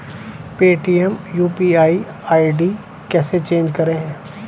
Paytm UPI ID कैसे change करें?